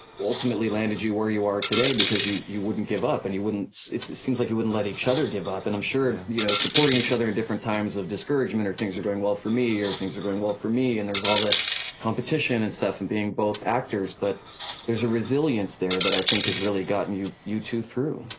ultimately landed you where you are today because you you wouldn't give up and you wouldn't, it seems like you wouldn't let each other give up, and i'm sure you know supporting each other at different times of discouragement, things are going well for me, or things are going well for me, and there's all the competition and stuff in being both actors, but there's a resilience there that i think has really gotten you you two through.